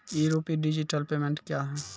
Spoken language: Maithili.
ई रूपी डिजिटल पेमेंट क्या हैं?